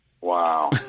Wow